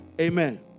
Amen